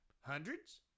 Hundreds